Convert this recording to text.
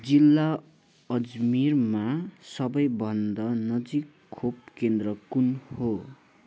जिल्ला अजमेरमा सबैभन्दा नजिक खोप केन्द्र कुन हो